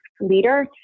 leader